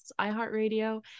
iHeartRadio